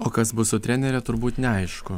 o kas bus su trenere turbūt neaišku